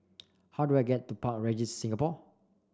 how do I get to Park Regis Singapore